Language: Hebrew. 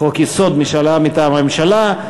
משאל עם מטעם הממשלה.